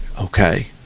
Okay